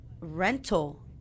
rental